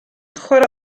chwarae